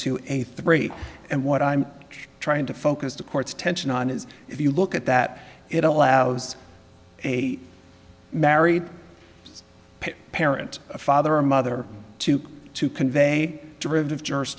two eighty three and what i'm trying to focus the court's attention on is if you look at that it allows a married parent a father or mother to convey derivative